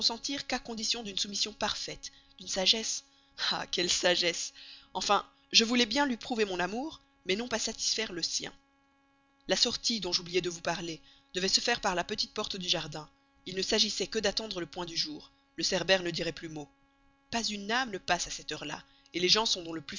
qu'à condition d'une soumission parfaite d'une sagesse ah quelle sagesse enfin je voulais bien lui prouver mon amour mais non pas satisfaire le sien la sortie dont j'oubliais de vous parler devait se faire par la petite porte du jardin il ne s'agissait que d'attendre le point du jour le cerbère ne dirait plus mot pas une âme ne passe à cette heure-là les gens sont dans le